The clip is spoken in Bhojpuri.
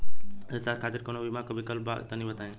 शिक्षा खातिर कौनो बीमा क विक्लप बा तनि बताई?